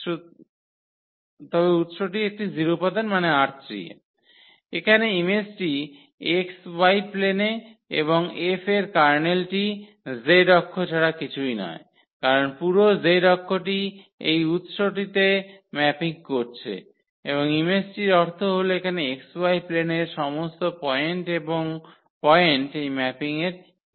সুতরাং এখানে ইমেজটি xy প্লেনে এবং F এর কার্নেলটি z অক্ষ ছাড়া কিছুই নয় কারণ পুরো z অক্ষটি এই উত্সটিতে ম্যাপিং করছে এবং ইমেজটির অর্থ হল এখানে xy প্লেনের সমস্ত পয়েন্ট এই ম্যাপিংয়ের ইমেজ